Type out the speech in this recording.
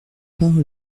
parole